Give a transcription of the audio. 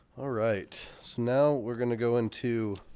all right, so now we're gonna go into